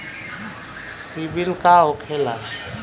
सीबील का होखेला?